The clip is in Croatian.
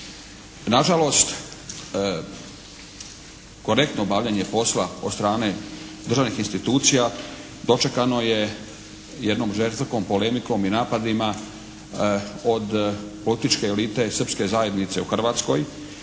Nažalost, korektno obavljanje posla od strane državnih institucija dočekano je jednom žestokom polemikom i napadima od političke elite srpske zajednice u Hrvatskoj